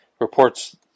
Reports